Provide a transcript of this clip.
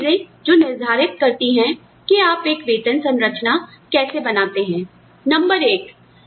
कुछ चीजें जो निर्धारित करती हैं कि आप एक वेतन संरचना कैसे बनाते हैं नंबर एक